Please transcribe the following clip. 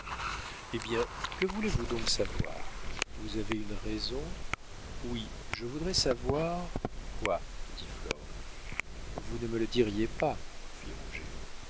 eh bien que voulez-vous donc savoir vous avez une raison oui je voudrais savoir quoi dit flore vous ne me le diriez pas